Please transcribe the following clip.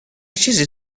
چیزی